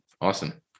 Awesome